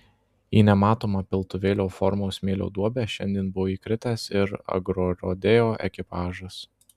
į nematomą piltuvėlio formos smėlio duobę šiandien buvo įkritęs ir agrorodeo ekipažas